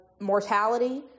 mortality